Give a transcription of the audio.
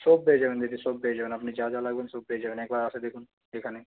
সব পেয়ে যাবেন দিদি সব পেয়ে যাবেন আপনি যা যা লাগবে সব পেয়ে যাবেন একবার এসে দেখুন এখানে